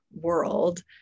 world